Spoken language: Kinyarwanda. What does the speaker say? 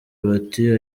bati